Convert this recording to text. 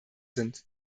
sind